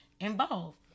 involved